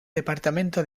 departamento